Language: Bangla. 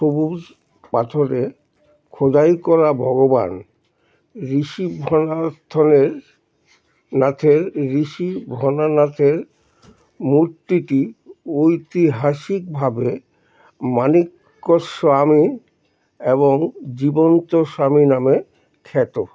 সবুজ পাথরে খোদাই করা ভগবান ঋষিভন্থনের নাথের ঋষিভননাথের মূর্তিটি ঐতিহাসিকভাবে মানিক্যস্বামী এবং জীবন্তস্বামী নামে খ্যাত